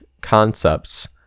concepts